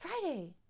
Friday